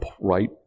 right